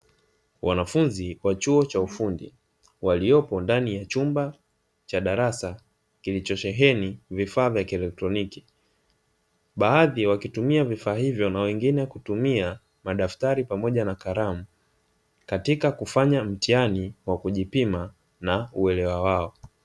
Wanafunzi wa chuo cha ufundi waliopo ndani ya chumba cha darasa kilichosheheni vifaa vya kielektroniki, baadhi wakitumia vifaa hivyo na wengine wakitumia madaftari na kalamu katika kufanya mtihani wa kujipima na uelewa wao.